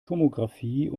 tomographie